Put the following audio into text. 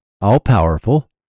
all-powerful